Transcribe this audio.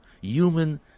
Human